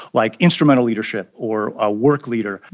like instrumental leadership or a work leader.